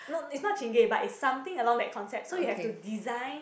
no it's not Chingay but it's along that concept so you have to design